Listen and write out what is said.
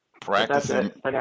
Practicing